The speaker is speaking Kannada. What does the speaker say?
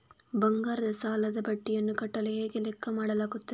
ಬಂಗಾರದ ಸಾಲದ ಬಡ್ಡಿಯನ್ನು ಕಟ್ಟಲು ಹೇಗೆ ಲೆಕ್ಕ ಮಾಡಲಾಗುತ್ತದೆ?